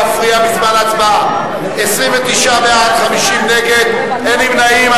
29 בעד, 50 נגד, אין נמנעים.